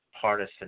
partisan